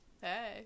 Hey